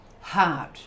hard